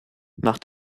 nach